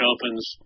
Opens